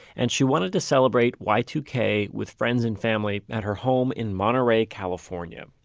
and she wanted to celebrate y two k with friends and family at her home in monterey, california.